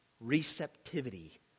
receptivity